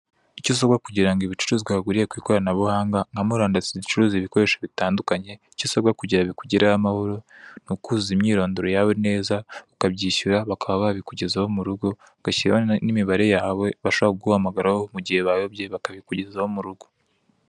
Icyo usabwa kugira ngo ibicuruzwa waguriye ku ikoranabuhanga nka murandasi zicuruza ibikoresho bitandukanye, icyo usabwa kugira bikugereho amahoro, ni ukuzuza imyirondoro yawe neza, ukabyishyura bakaba babikugezaho mu rugo, ugashyiraho n'imibare yawe bashobora kuguhamagaraho mugihe bayobye bakabikugezaho mu rugo.